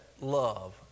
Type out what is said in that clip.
love